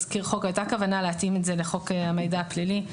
כוונה להתאים את זה לחוק המידע הפלילי.